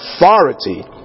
authority